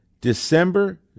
December